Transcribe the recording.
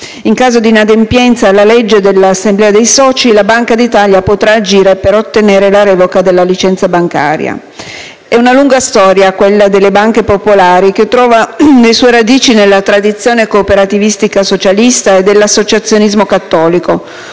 in caso di inadempienza la legge dell'assemblea dei soci la Banca d'Italia potrà agire per ottenere la revoca della licenza bancaria. È una lunga storia quella delle banche popolari, che trova le sue radici nella tradizione cooperativistica socialista e dell'associazionismo cattolico.